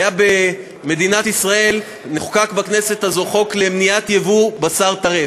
במדינת ישראל נחקק בכנסת הזו חוק למניעת ייבוא בשר טרף.